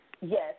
Yes